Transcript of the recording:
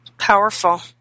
Powerful